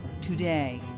today